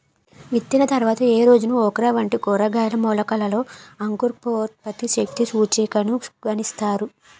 విత్తిన తర్వాత ఏ రోజున ఓక్రా వంటి కూరగాయల మొలకలలో అంకురోత్పత్తి శక్తి సూచికను గణిస్తారు?